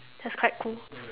that's quite cool